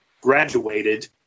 graduated